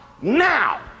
now